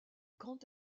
grand